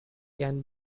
can